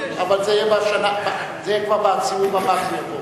זה יהיה כבר בסיבוב הבא.